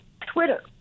Twitter